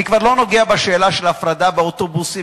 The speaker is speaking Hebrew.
אני כבר לא נוגע בשאלה של ההפרדה באוטובוסים